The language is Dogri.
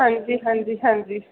हां जी हां जी हां जी